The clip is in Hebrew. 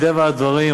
מטבע הדברים,